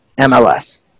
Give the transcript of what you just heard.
MLS